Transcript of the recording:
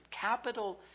capital